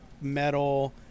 metal